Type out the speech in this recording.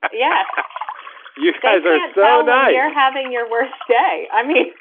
ah yeah you guys are so nice having your worst day. i mean,